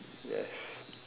yes